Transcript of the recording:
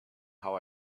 how